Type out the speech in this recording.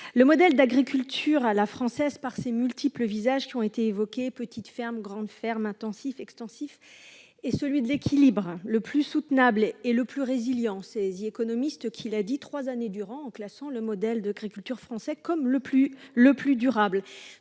Le modèle d'agriculture à la française, par ses multiples visages qui ont été évoqués- petites fermes, grandes fermes, intensif et extensif -, est celui de l'équilibre le plus soutenable et le plus résilient. l'a dit en classant, trois années durant, le modèle d'agriculture français comme le plus durable.